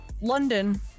London